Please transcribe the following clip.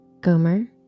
Gomer